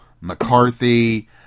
McCarthy